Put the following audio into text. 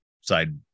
side